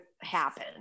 happen